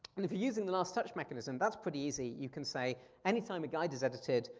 and if you're using the last touch mechanism, that's pretty easy, you can say any time a guide is edited,